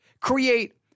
Create